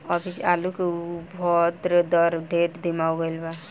अभी आलू के उद्भव दर ढेर धीमा हो गईल बा